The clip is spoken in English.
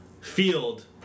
field